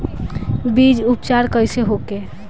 बीज उपचार कइसे होखे?